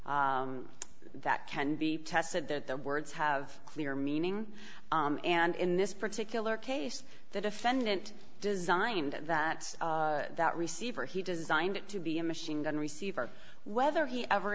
that can be tested that the words have clear meaning and in this particular case the defendant designed that that receiver he designed it to be a machine gun receiver whether he ever